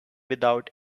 without